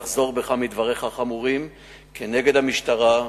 לחזור בך מדבריך החמורים נגד המשטרה,